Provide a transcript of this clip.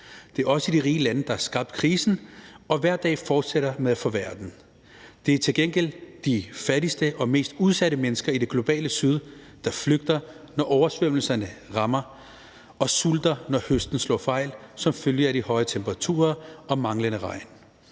Det er os i de rige lande, der har skabt krisen, og som hver dag fortsætter med at forværre den. Det er til gengæld de fattigste og mest udsatte mennesker i det globale syd, der flygter, når oversvømmelserne rammer, og som sulter, når høsten slår fejl som følge af de høje temperaturer og den manglende regn.